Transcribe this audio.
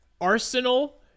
Arsenal